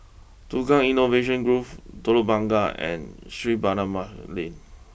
Tukang Innovation Grove Telok Blangah and Street Barnabas Lane